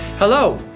Hello